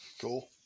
Cool